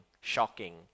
shocking